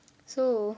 so